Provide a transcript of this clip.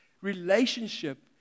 relationship